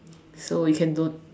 so we can don't